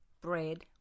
bread